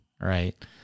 right